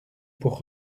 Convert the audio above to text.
pour